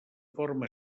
forma